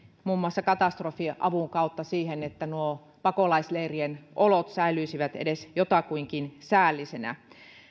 muun muassa katastrofiavun kautta siihen että nuo pakolaisleirien olot säilyisivät edes jotakuinkin säällisinä